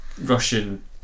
Russian